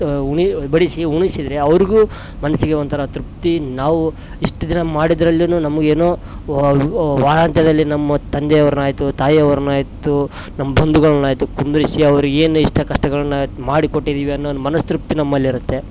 ಉಣಿ ಬಡಿಸಿ ಉಣಿಸಿದ್ದರೆ ಅವರಿಗು ಮನಸ್ಸಿಗೆ ಒಂಥರ ತೃಪ್ತಿ ನಾವು ಇಷ್ಟು ದಿನ ಮಾಡಿದರಲ್ಲಿನು ನಮಗೇನೋ ವಾರಾಂತ್ಯದಲ್ಲಿ ನಮ್ಮ ತಂದೆಯವರನ್ನ ಆಯಿತು ತಾಯಿಯವರನ್ನ ಆಯಿತು ನಮ್ಮ ಬಂಧುಗಳ್ನಾಯ್ತು ಕುಂದಿರಿಸಿ ಅವರು ಏನು ಇಷ್ಟ ಕಷ್ಟಗಳನ್ನ ಮಾಡಿ ಕೊಟ್ಟಿದ್ದೀವಿ ಅನ್ನೋದು ಮನಸ್ಸು ತೃಪ್ತಿ ನಮ್ಮಲ್ಲಿರುತ್ತೆ